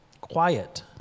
Quiet